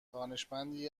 دانشمندی